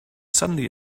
suddenly